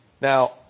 Now